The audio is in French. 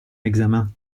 examen